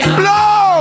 blow